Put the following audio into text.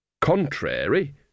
contrary